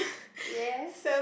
ya